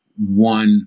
one